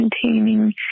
containing